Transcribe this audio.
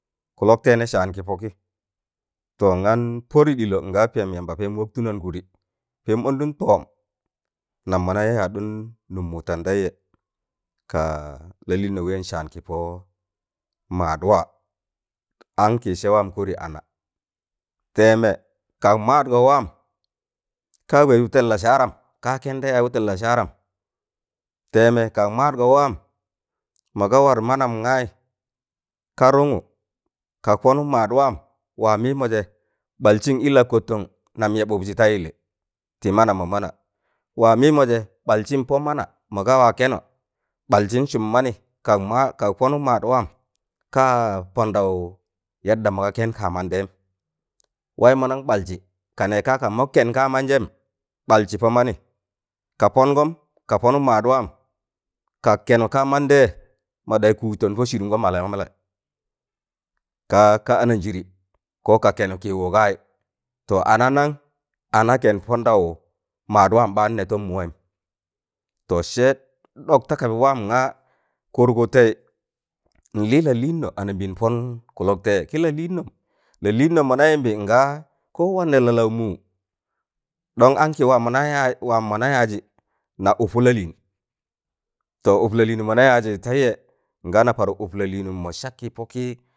Kụlọgtẹị nị saan kị pọkịị to ngan pọdi ɗịlọ ngaa pẹẹmo yamba pẹẹm wọktụnọn kụdị pẹẹm ọndụn tọọm nam mọna yaadụn nụm wụtẹn tẹịjẹ kaa laLịịnnọ wẹ saan kịpọ maadwa ankị sẹ waam kọri ana tẹẹmẹ kag maadgọ waam ka wẹịz wụtẹn Lasaaram kaa kẹnda yaaz wụtẹn Lasaaram, tẹẹmẹ kag maadgọ waam mọgọ war manam gayị ka rụngụ ka pọnụk maad waam waa mịịmọjẹ ɓaljị ị la kọtọn nam yẹbụbjị ta yịlị tị mana mọ mana waa mịịmọ. jẹ ɓaljịn pọ mana mọgaa waa kẹnọ baljị sụm manị kag ma kag pọnụk maadwaam kaa pọndaụ yaɗɗam mọga kẹn ka mantẹịjẹm wẹị mọnan baljị kanẹ kaa ka mọk kẹn kaa manjẹm ɓaljị pọ manị ka pọngọm ka pọnụk maadịm kag kẹnụk kaaman dẹịjẹ mọ ɗanyị kụztọn pọ sịrụmgọ malẹ malẹ kaa ka ana njịrị ko ka kẹnụk kịwụ gaayị to ana nan? ana kẹnd pọndaụ maadwaam ɓaan nẹ tọm mụwaịm to sẹ ɗọk ta kaba waam ngaa kụrgụtẹị nLị laLịịnnọ anambẹẹn pọn kụlọg tẹị. Kị laLịịnnọm, laLịịnọm mọna yịmbị, ngaa kowanne laLaụ mụụ ɗon ankị waam mọna yaz waam mọna yaajị na ụpụ laLịịn to ụp laLịịnụm mọna yaajị tẹịje nga na par ụp laLịịnụm ma sakị pọkị